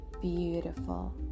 Beautiful